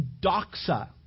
doxa